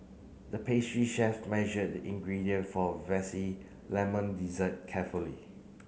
the pastry chef measured the ingredient for a lemon dessert carefully